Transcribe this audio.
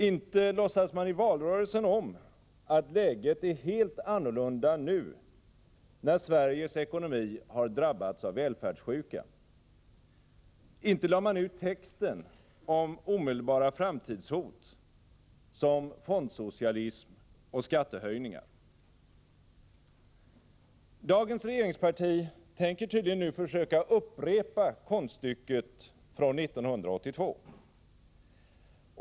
Inte låtsades man i valrörelsen om att läget är helt annorlunda nu när Sveriges ekonomi har drabbats av välfärdssjuka. Inte lade man ut texten om omedelbara framtidshot som fondsocialism och skattehöjningar. Dagens regeringsparti tänker tydligen nu försöka upprepa konststycket från 1982.